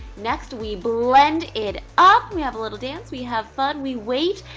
next, we blend it up. we have a little dance. we have fun, we wait.